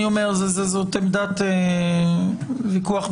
זאת עמדת ויכוח.